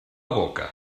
boca